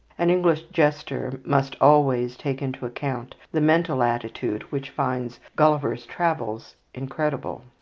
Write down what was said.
an english jester must always take into account the mental attitude which finds gulliver's travels incredible.